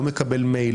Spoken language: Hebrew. לא מקבל מייל,